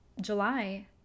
July